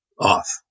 off